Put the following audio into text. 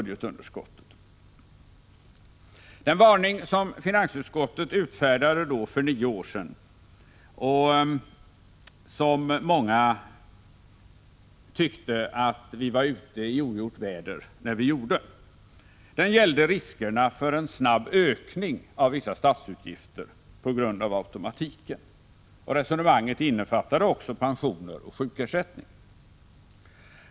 Den varning som finansutskottet ufärdade för nio år sedan — då var det många som tyckte att vi var ute i ogjort väder — gällde riskerna för en snabb ökning av vissa statsutgifter på grund av automatiken. Resonemanget innefattade också pensioner och sjukersättning.